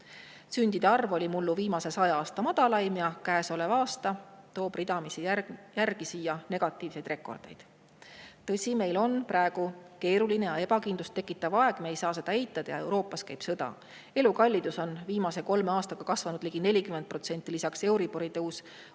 Sündide arv oli mullu viimase saja aasta madalaim ja käesolev aasta toob ridamisi järgmisi negatiivseid rekordeid. Tõsi, meil on praegu keeruline ja ebakindlust tekitav aeg, me ei saa seda eitada, ja Euroopas käib sõda. [Hinnad] on viimase kolme aastaga kasvanud ligi 40%, lisaks on euribori tõus